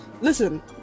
Listen